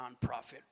nonprofit